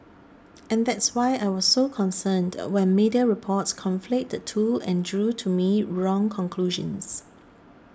and that's why I was so concerned when media reports conflate the two and drew to me wrong conclusions